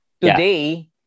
Today